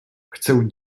chcę